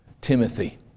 Timothy